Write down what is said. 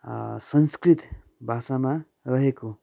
संस्कृत भाषामा रहेको